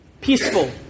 peaceful